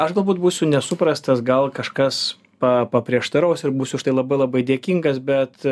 aš galbūt būsiu nesuprastas gal kažkas pa paprieštaraus ir būsiu už tai labai labai dėkingas bet